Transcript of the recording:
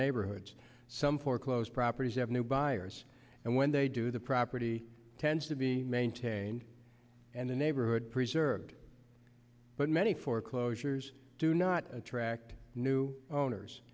neighborhoods some foreclosed properties have new buyers and when they do the property tends to be maintained and the neighborhood preserved but many foreclosures do not attract new owners